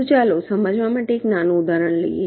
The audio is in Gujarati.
તો ચાલો સમજાવવા માટે એક નાનું ઉદાહરણ જોઈએ